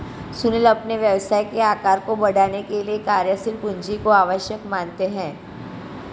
सुनील अपने व्यवसाय के आकार को बढ़ाने के लिए कार्यशील पूंजी को आवश्यक मानते हैं